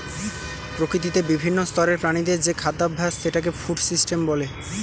প্রকৃতিতে বিভিন্ন স্তরের প্রাণীদের যে খাদ্যাভাস সেটাকে ফুড সিস্টেম বলে